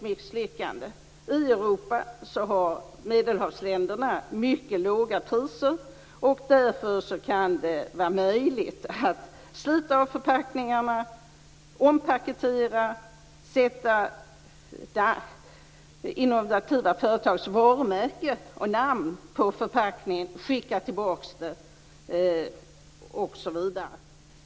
Medelhavsländerna mycket låga priser. Därför är det möjligt att slita av förpackningarna, ompaketera, sätta det innovativa företagets varumärke och namn på förpackningen och skicka tillbaks produkterna.